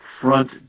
front